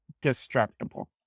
destructible